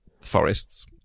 forests